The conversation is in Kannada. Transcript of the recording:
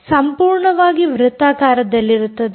ಸಂಪೂರ್ಣವಾಗಿ ವೃತ್ತಾಕಾರದಲ್ಲಿರುತ್ತದೆ